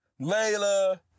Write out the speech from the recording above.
Layla